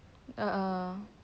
ah ah